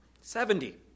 Seventy